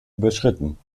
überschritten